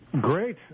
Great